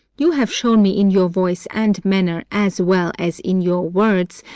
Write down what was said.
you have shown me in your voice and manner, as well as in your words,